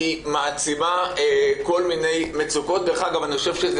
מיקי --- מדם ליבי אני מדבר, אני מבקש ממך.